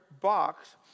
box